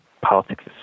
politics